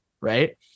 Right